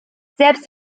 selbst